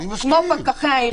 כמו פקחי העירייה -- אני מסכים.